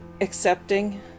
accepting